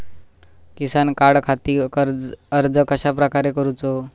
किसान कार्डखाती अर्ज कश्याप्रकारे करूचो?